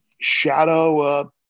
shadow